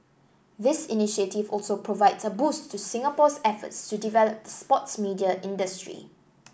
this initiative also provides a boost to Singapore's efforts to develop the sports media industry